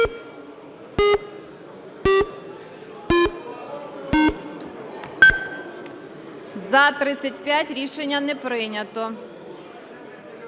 За-35 Рішення не прийнято.